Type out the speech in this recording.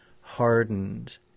hardened